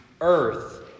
Earth